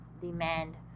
demand